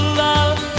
love